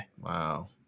wow